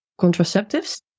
contraceptives